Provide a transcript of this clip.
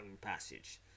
passage